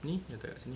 ni letak dekat sini